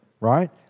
right